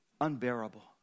unbearable